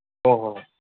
ꯍꯣꯏ ꯍꯣꯏ